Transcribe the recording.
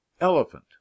elephant